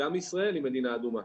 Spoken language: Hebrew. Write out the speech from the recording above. גם ישראל היא מדינה אדומה.